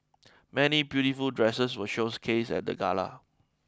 many beautiful dresses were showcased at the gala